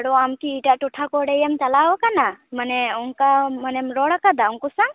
ᱟᱨᱳ ᱟᱢᱠᱤ ᱮᱴᱚ ᱴᱚᱴᱷᱟ ᱠᱚᱨᱮᱢ ᱪᱟᱞᱟᱣᱟᱠᱟᱱᱟ ᱢᱟᱱᱮ ᱚᱱᱠᱟ ᱢᱟᱱᱮᱢ ᱨᱚᱲᱟᱠᱟᱫᱟ ᱩᱱᱠᱩ ᱥᱟᱣ